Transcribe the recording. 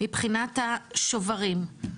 מבחינת השוברים,